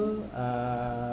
uh